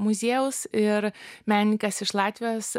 muziejaus ir menininkas iš latvijos